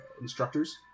Instructors